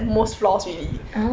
oh